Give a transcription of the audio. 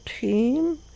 team